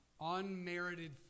unmerited